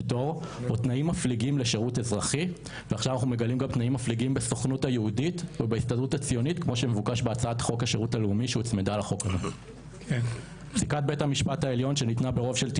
11 הארכות אנחנו שמחים שהביאו את הצעת החוק הזאת ואת ההסדר,